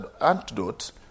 antidote